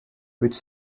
which